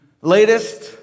latest